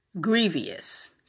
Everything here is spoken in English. grievous